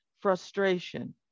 frustration